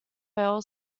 fail